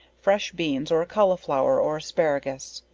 fresh beans, or a colliflower, or asparagus.